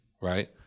right